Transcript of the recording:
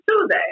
Tuesday